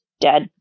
Dead